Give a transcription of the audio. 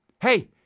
Hey